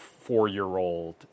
four-year-old